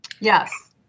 Yes